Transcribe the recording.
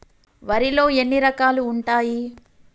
వరిలో ఎన్ని రకాలు ఉంటాయి?